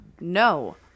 No